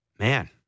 Man